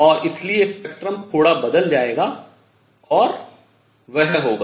और इसलिए स्पेक्ट्रम थोड़ा बदल जाएगा और वह होगा